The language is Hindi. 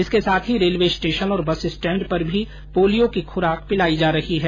इसके साथ ही रेल्वे स्टेशन और बस स्टेण्ड पर भी पोलियो की खुराक पिलायी जा रही है